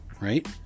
right